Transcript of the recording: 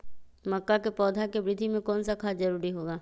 मक्का के पौधा के वृद्धि में कौन सा खाद जरूरी होगा?